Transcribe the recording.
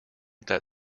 that